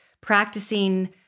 practicing